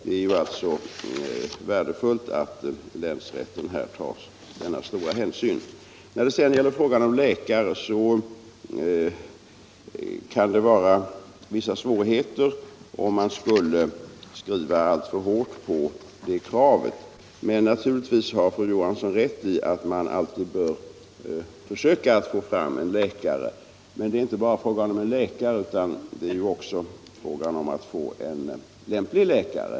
Det är värdefullt att länsrätten tar denna stora hänsyn. När det gäller frågan om läkares medverkan skulle det kunna uppstå 17 Om informationen vissa svårigheter om man formulerade ett sådant krav alltför hårt. Men naturligtvis har fru Johansson i Uddevalla rätt i att man alltid bör försöka få en läkares medverkan. Men det är inte bara fråga om att få fram en läkare, utan det måste också vara en lämplig läkare.